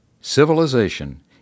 Civilization